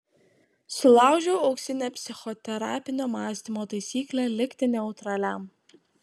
sulaužiau auksinę psichoterapinio mąstymo taisyklę likti neutraliam